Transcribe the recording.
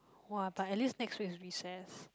[wah] but at least next week is recess